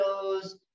shows